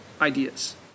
ideas